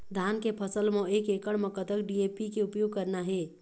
धान के फसल म एक एकड़ म कतक डी.ए.पी के उपयोग करना हे?